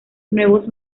nuevos